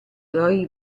roy